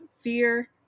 fear